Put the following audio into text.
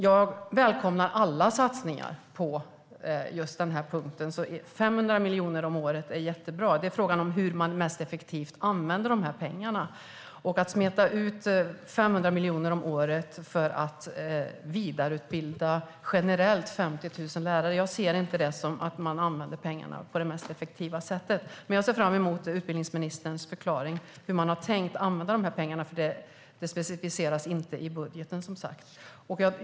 Jag välkomnar alla satsningar på den här punkten, så 500 miljoner om året är jättebra. Frågan är hur man mest effektivt använder de här pengarna. Att smeta ut 500 miljoner om året för att vidareutbilda 50 000 lärare generellt ser inte jag som att man använder pengarna på det mest effektiva sättet. Jag ser fram emot utbildningsministerns förklaring av hur man har tänkt använda de här pengarna, för det specificeras inte i budgeten.